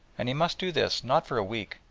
and he must do this not for a week,